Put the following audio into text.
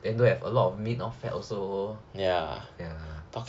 then don't have a lot of meat or fat also